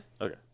Okay